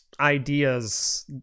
Ideas